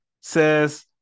says